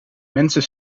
mensen